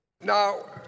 Now